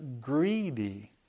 greedy